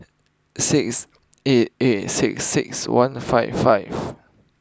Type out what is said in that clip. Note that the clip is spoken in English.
six eight eight six six one five five